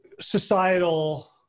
societal